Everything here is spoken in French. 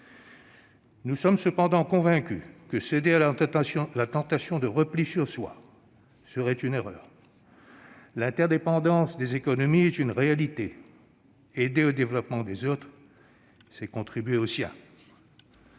Nous sommes cependant convaincus que céder à la tentation du repli sur soi serait une erreur. L'interdépendance des économies est une réalité. Aider au développement des autres, c'est contribuer au sien.